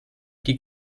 die